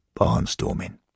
Barnstorming